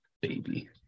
baby